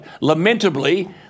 lamentably